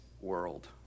world